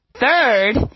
Third